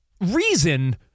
reason